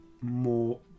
more